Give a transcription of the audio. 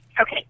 Okay